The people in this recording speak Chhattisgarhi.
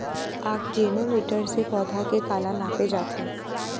आकजेनो मीटर से पौधा के काला नापे जाथे?